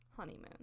Honeymoon